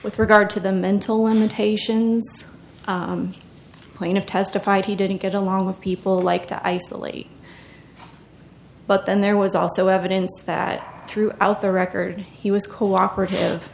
with regard to the mental limitations of plano testified he didn't get along with people like the eiseley but then there was also evidence that throughout the record he was cooperative